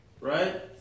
right